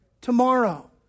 tomorrow